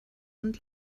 und